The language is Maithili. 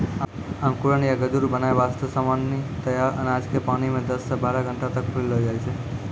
अंकुरण या गजूर बनाय वास्तॅ सामान्यतया अनाज क पानी मॅ दस सॅ बारह घंटा तक फुलैलो जाय छै